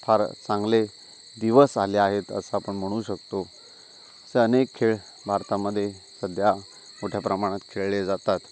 फार चांगले दिवस आले आहेत असं आपण म्हणू शकतो असे अनेक खेळ भारतामध्ये सध्या मोठ्या प्रमाणात खेळले जातात